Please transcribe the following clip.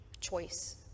choice